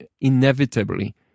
inevitably